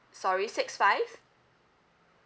sorry six five